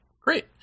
Great